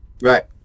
right